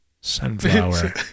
sunflower